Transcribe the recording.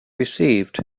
received